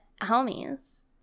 homies